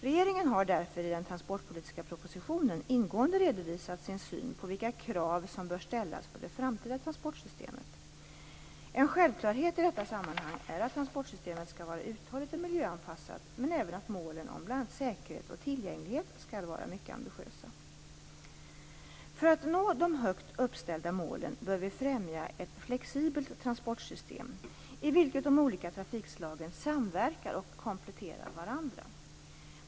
Regeringen har därför i den transportpolitiska propositionen ingående redovisat sin syn på vilka krav som bör ställas på det framtida transportsystemet. En självklarhet i detta sammanhang är att transportsystemet skall vara uthålligt och miljöanpassat, men även att målen om bl.a. säkerhet och tillgänglighet skall vara mycket ambitiösa. För att nå de högt uppställda målen bör vi främja ett flexibelt transportsystem, i vilket de olika trafikslagen samverkar och kompletterar varandra.